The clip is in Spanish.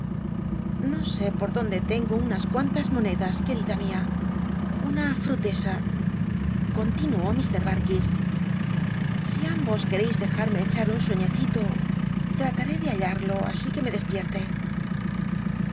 o sé por donde tengo unas cuantas monedas querida mi a una frutcsa continuó ir darcis clejatme echar un sueñecito trataré de hallarlo así que me despierte